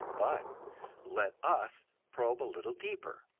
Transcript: but let us probe a little deeper.